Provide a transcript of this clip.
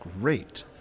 great